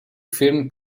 film